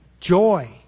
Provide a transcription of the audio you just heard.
joy